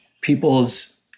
people's